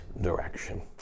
direction